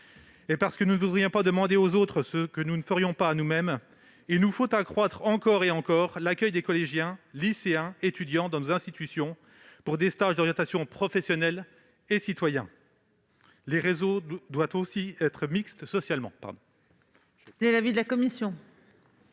des plus jeunes. Pour ne pas demander aux autres ce que nous ne ferions pas nous-mêmes, il nous faut accroître encore et encore l'accueil des collégiens, lycéens et étudiants dans les institutions pour des stages d'orientation professionnelle et citoyens. Les réseaux doivent également être socialement